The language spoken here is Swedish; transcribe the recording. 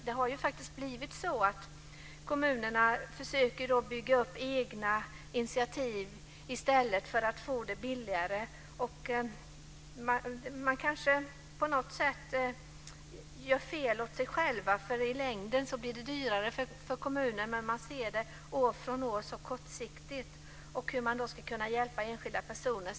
Det har ju faktiskt blivit så att kommuner försöker bygga upp egna initiativ i stället, för att få det billigare. Man kanske på något sätt binder ris åt egen rygg här, för i längden blir det dyrare för kommunen, men man ser det kortsiktigt från år till år. Syftet är ju att hjälpa enskilda personer.